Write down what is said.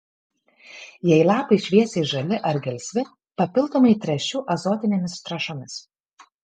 jei lapai šviesiai žali ar gelsvi papildomai tręšiu azotinėmis trąšomis